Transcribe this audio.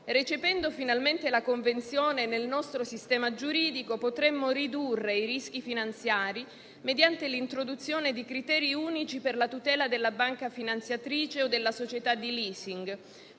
Recependo finalmente la Convenzione nel nostro sistema giuridico potremo ridurre i rischi finanziari mediante l'introduzione di criteri unici per la tutela della banca finanziatrice o della società di *leasing*,